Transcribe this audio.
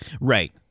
Right